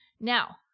Now